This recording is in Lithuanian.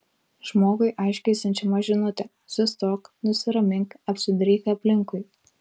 žmogui aiškiai siunčiama žinutė sustok nusiramink apsidairyk aplinkui